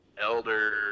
Elder